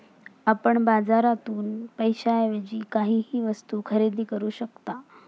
आपण बाजारातून पैशाएवजी काहीही वस्तु खरेदी करू शकता